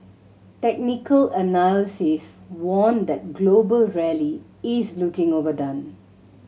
technical analysis warned that global rally is looking overdone